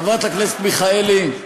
חברת הכנסת מיכאלי,